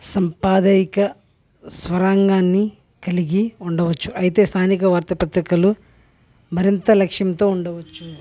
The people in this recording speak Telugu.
సంపాదయిక స్వరంగాన్ని కలిగి ఉండవచ్చు అయితే స్థానిక వార్త పత్రికలు మరింత లక్ష్యంతో ఉండవచ్చు